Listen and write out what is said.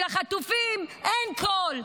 כי לחטופים אין קול,